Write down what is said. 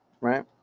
Right